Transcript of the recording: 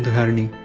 harini.